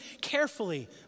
carefully